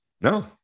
No